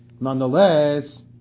Nonetheless